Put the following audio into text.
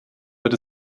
wird